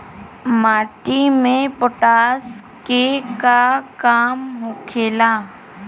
माटी में पोटाश के का काम होखेला?